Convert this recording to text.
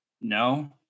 No